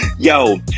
Yo